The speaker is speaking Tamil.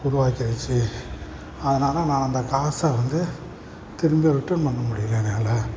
உருவாக்கிடுச்சு அதனாலே நான் அந்த காசை வந்து திரும்ப ரிட்டர்ன் பண்ண முடியலை என்னால்